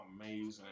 Amazing